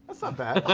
that's not bad.